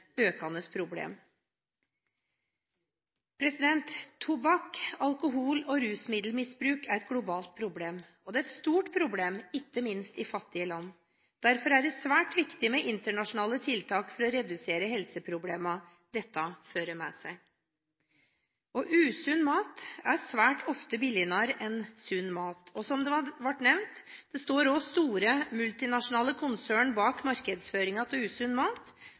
alkohol- og rusmiddelmisbruk er et globalt problem, og det er et stort problem – ikke minst i fattige land. Derfor er det svært viktig med internasjonale tiltak for å redusere helseproblemene dette fører med seg. Usunn mat er svært ofte billigere enn sunn mat. Som det ble nevnt, står det også store multinasjonale konsern bak markedsføringen av usunn mat,